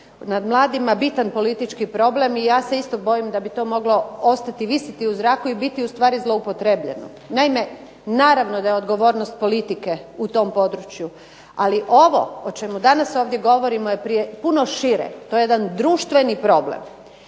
nad mladima bitan politički problem i ja se isto bojim da bi to moglo ostati visiti u zraku i biti ustvari zloupotrijebljeno. Naime, naravno da je odgovornost politike u tom području, ali ovo o čemu danas ovdje govorimo je prije puno šire, to je jedan društveni problem.